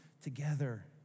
together